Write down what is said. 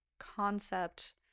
concept